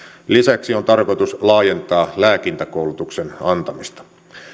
lisäksi on tarkoitus laajentaa lääkintäkoulutuksen antamista